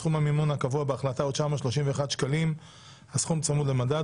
סכום המימון הקבוע בהחלטה הוא 931 שקלים (הסכום צמוד למדד),